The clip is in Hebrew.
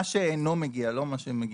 מה שאינו מגיע, לא מה שמגיע.